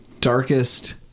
darkest